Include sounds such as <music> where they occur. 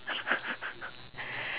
<laughs>